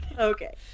Okay